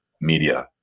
media